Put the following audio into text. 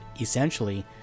essentially